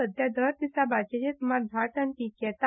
सद्या दर दिसा भाज्ज्येचे स्मार धा टन पीक येता